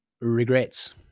regrets